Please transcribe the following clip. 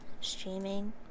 streaming